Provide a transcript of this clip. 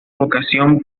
vocación